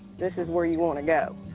this is where you want to go.